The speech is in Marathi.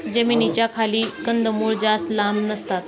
जमिनीच्या खाली कंदमुळं जास्त लांब नसतात